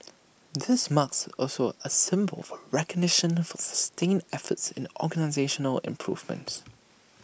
this marks also A symbol of recognition for sustained efforts in the organisational improvement